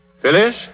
Phyllis